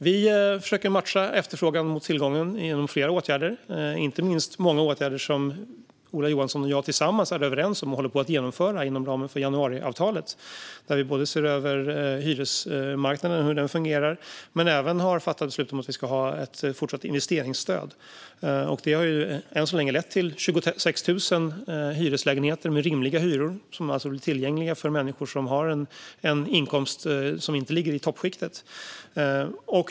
Vi försöker matcha tillgången mot efterfrågan, inte minst genom många åtgärder som Ola Johansson och jag är överens om och håller på att genomföra inom ramen för januariavtalet. Vi ser över hyresmarknaden och hur den fungerar och har fattat beslut om att vi ska ha ett fortsatt investeringsstöd. Det har än så länge lett till 26 000 hyreslägenheter med rimliga hyror som alltså blir tillgängliga för människor som har en inkomst som inte ligger i toppskiktet.